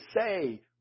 say